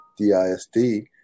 DISD